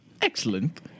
excellent